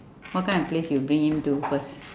what kind of place you bring him to first